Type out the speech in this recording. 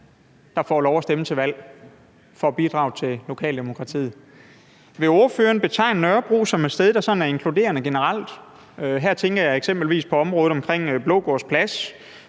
der får lov at stemme til valg for at bidrage til lokaldemokratiet. Vil ordføreren betegne Nørrebro som et sted, der sådan generelt er inkluderende – her tænker jeg eksempelvis på området omkring Blågårds Plads,